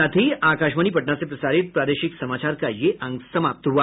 इसके साथ ही आकाशवाणी पटना से प्रसारित प्रादेशिक समाचार का ये अंक समाप्त हुआ